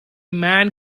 man